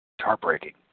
heartbreaking